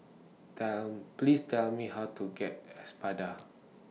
Tell Please Tell Me How to get Espada